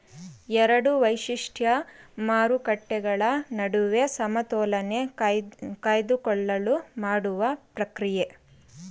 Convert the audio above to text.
ಎರಡು ವೈಶಿಷ್ಟ್ಯ ಮಾರುಕಟ್ಟೆಗಳ ನಡುವೆ ಸಮತೋಲನೆ ಕಾಯ್ದುಕೊಳ್ಳಲು ಮಾಡುವ ಪ್ರಕ್ರಿಯೆ